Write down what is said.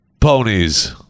ponies